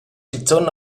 schizun